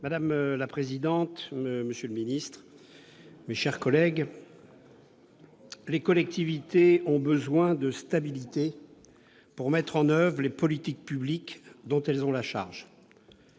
Madame la présidente, monsieur le ministre, mes chers collègues, les collectivités ont besoin de stabilité pour mettre en oeuvre les politiques publiques dont elles ont la charge.